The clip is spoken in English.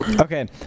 Okay